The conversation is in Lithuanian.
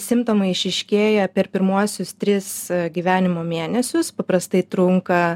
simptomai išryškėja per pirmuosius tris gyvenimo mėnesius paprastai trunka